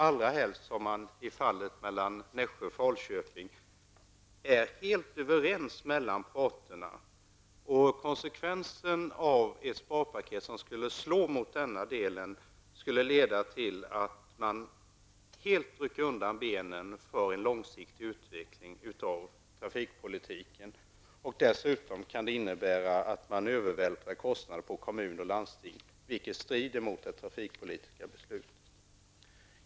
Detta gäller särskilt i fallet med banan Nässjö-- Falköping, där parterna är helt överens. Konsekvensen av ett sparpaket som skulle slå mot denna bandel, är att man helt rycker undan marken för en långsiktig utveckling av trafikpolitiken. Det kan dessutom innebära att man övervältrar kostnader på kommun och landsting, vilket strider mot det trafikpolitiska beslutet.